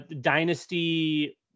dynasty